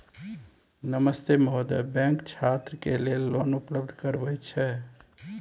नमस्ते महोदय, बैंक छात्र के लेल लोन उपलब्ध करबे छै?